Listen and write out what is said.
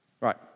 Right